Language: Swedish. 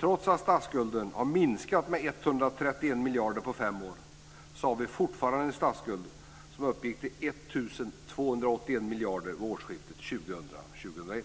Trots att statsskulden har minskat med 131 miljarder på fem år har vi fortfarande en statsskuld som uppgick till 1 281 miljarder vid årsskiftet 2000/01.